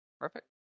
perfect